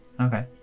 Okay